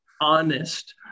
honest